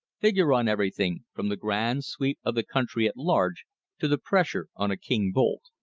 figure on everything, from the grand sweep of the country at large to the pressure on a king-bolt.